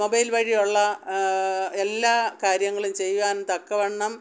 mobile വഴിയുള്ള എല്ലാ കാര്യങ്ങളും ചെയ്യാൻ തക്കവണ്ണം